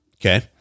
Okay